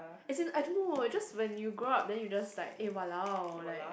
as in I don't know just when you grow up then you just like eh !walao! like